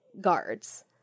guards